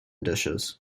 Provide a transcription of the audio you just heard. dishes